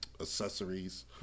accessories